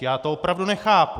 Já to opravdu nechápu.